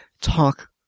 talk